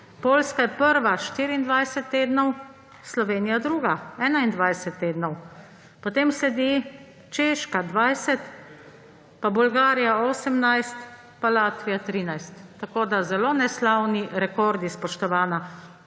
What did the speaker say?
Poljska je prva – 24 tednov, Slovenija druga – 21 tednov. Potem sledi Češka 20, pa Bolgarija 18, pa Latvija 13. Tako da zelo neslavni rekordi, spoštovana.